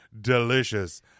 Delicious